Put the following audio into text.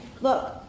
look